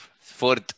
Fourth